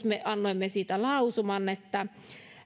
me annoimme siitä lausuman